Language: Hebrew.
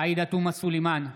עאידה תומא סלימאן,